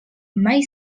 mai